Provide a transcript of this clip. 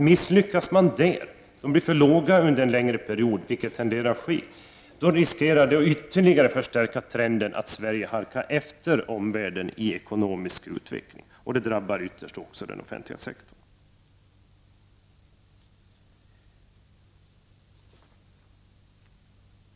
Misslyckas man med detta, så att investeringarna blir för låga under en period, vilket har tenderat att inträffa, riskerar vi att trenden att Sverige halkar efter omvärlden i ekonomisk utveckling ytterligare förstärks. Detta drabbar ytterst också den offentliga sektorn.